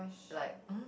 like !huh!